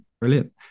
Brilliant